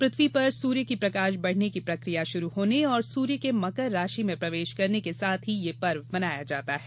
पृथ्वी पर सूर्य का प्रकाश बढ़ने की प्रक्रिया शुरू होने और सूर्य के मकर राशि में प्रवेश करने के साथ ही ये पर्व मनाया जाता है